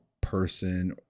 person